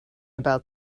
about